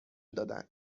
دادن